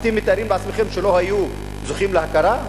אתם מתארים לעצמכם שהם לא היו זוכים להכרה?